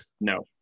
No